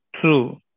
true